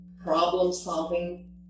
problem-solving